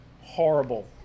horrible